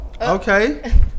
Okay